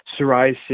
psoriasis